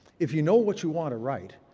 if you know what you want to write,